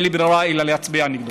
אין לי ברירה אלא להצביע נגדו.